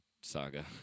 saga